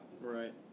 Right